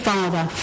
Father